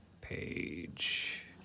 page